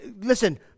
listen